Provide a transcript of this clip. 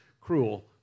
cruel